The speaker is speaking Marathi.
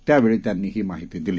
त्यावेळी त्यांनी ही माहिती दिली